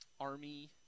army